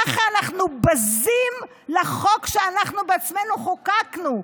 ככה אנחנו בזים לחוק שאנחנו בעצמנו חוקקנו,